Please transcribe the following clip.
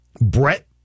Brett